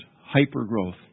hyper-growth